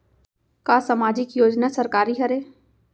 का सामाजिक योजना सरकारी हरे?